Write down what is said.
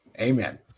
amen